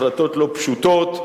החלטות לא פשוטות.